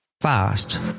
fast